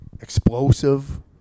explosive